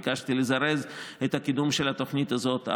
ביקשתי לזרז את הקידום של התוכנית הזאת.